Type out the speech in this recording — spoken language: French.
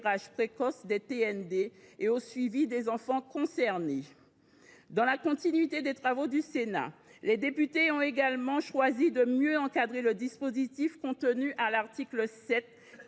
précoce des TND et de suivi des enfants concernés. Dans la continuité des travaux du Sénat, les députés ont également choisi de mieux encadrer la pérennisation, prévue à l’article 7,